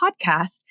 podcast